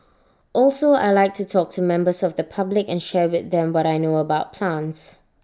also I Like to talk to members of the public and share with them what I know about plants